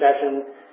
session